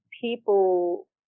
people